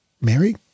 Mary